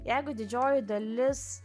jeigu didžioji dalis